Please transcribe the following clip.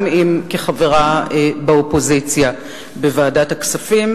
גם אם כחברה באופוזיציה בוועדת הכספים,